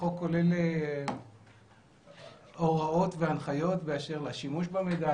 החוק כולל הוראות והנחיות באשר לשימוש במידע,